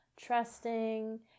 trusting